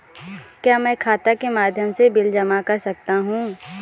क्या मैं खाता के माध्यम से बिल जमा कर सकता हूँ?